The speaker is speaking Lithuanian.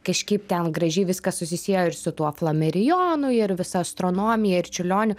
kažkaip ten gražiai viskas susisieja su tuo flamerijonu ir visa astronomija ir čiurlioniu